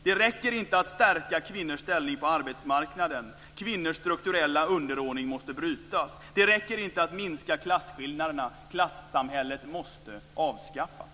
Det räcker inte att stärka kvinnors ställning på arbetsmarknaden - kvinnors strukturella underordning måste brytas. Det räcker inte att minska klassskillnaderna - klassamhället måste avskaffas.